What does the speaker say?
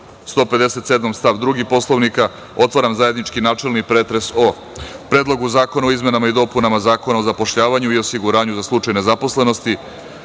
157. stav 2. Poslovnika otvaram zajednički načelni pretres o Predlogu zakona o izmenama i dopunama Zakona o zapošljavanju i osiguranju za slučaj nezaposlenosti,